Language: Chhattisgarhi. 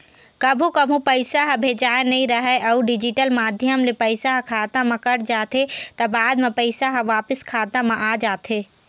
कभू कभू पइसा ह भेजाए नइ राहय अउ डिजिटल माध्यम ले पइसा ह खाता म कट जाथे त बाद म पइसा ह वापिस खाता म आ जाथे